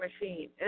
machine